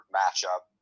matchup